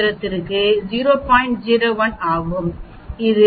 01 ஆகும் இது 2